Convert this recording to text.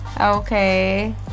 Okay